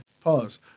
Pause